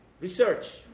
research